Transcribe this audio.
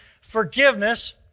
forgiveness